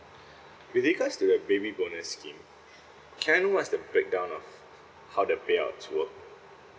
with regards to like baby bonus scheme can I know what's the breakdown of how the payouts work